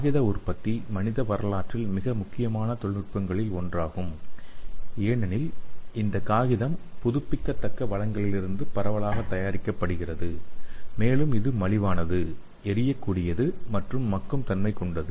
காகித உற்பத்தி மனித வரலாற்றில் மிக முக்கியமான தொழில்நுட்பங்களில் ஒன்றாகும் ஏனெனில் இந்த காகிதம் புதுப்பிக்கத்தக்க வளங்களிலிருந்து பரவலாக தயாரிக்கப்படுகிறது மேலும் இது மலிவானது எரியக்கூடியது மற்றும் மக்கும் தன்மை கொண்டது